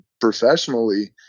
professionally